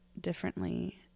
differently